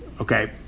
okay